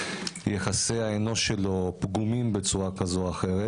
שיחסי האנוש שלו פגומים בצורה כזאת או אחרת